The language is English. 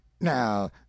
Now